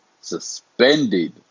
suspended